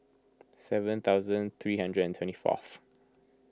seven thousand three hundred and twenty fourth